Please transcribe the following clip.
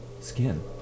skin